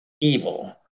evil